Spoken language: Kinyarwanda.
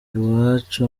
iwacu